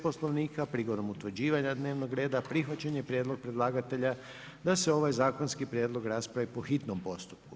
Poslovnika prigodom utvrđivanja dnevnog reda prihvaćen je prijedlog predlagatelja da se ovaj zakonski prijedlog raspravi po hitnom postupku.